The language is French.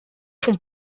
font